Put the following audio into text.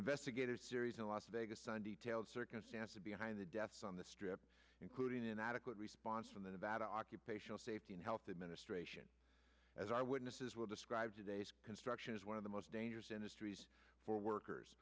investigators series in las vegas and details circumstances behind the deaths on the strip including inadequate response from the nevada occupational safety and health administration as eyewitnesses were described today's construction is one of the most dangerous industries for workers